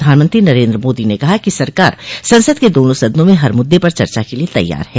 प्रधानमंत्री नरेन्द्र मोदी ने कहा है कि सरकार संसद के दोनों सदनों में हर मुद्दे पर चर्चा के लिए तैयार है